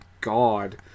God